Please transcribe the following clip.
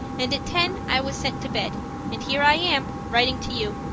and at ten i was sent to bed and here i am, writing to you.